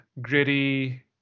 gritty